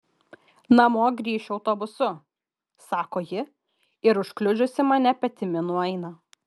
namo grįšiu autobusu sako ji ir užkliudžiusi mane petimi nueina